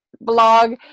blog